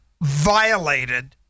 violated